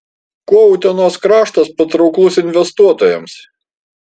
kuo utenos kraštas patrauklus investuotojams